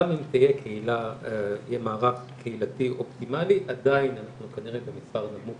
גם אם יהיה מערך קהילתי אופטימלי עדיין אנחנו כנראה במספר נמוך